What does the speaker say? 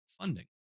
funding